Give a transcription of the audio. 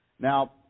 Now